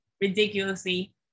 ridiculously